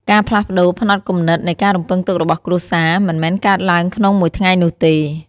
ការផ្លាស់ប្តូរផ្នត់គំនិតនៃការរំពឹងទុករបស់គ្រួសារ មិនមែនកើតឡើងក្នុងមួយថ្ងៃនោះទេ។